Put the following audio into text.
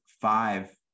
five